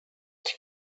die